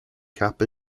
cap